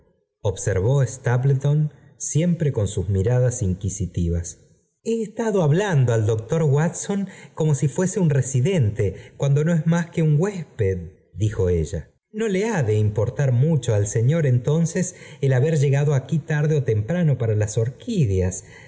observó stapleton biempre con sus miradas inquisitivas he estado hablando al doctor w atson como si fuese un residente cuando no es más que un huésped dijo ella no le ha de importar mucho al señor entonces el haber llegado aquí tarde o temprano para las orquídeas